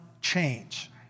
change